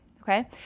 Okay